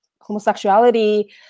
homosexuality